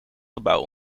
gebouw